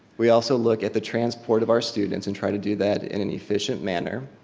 we also look at the transport of our students and try to do that in an efficient manner.